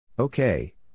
Okay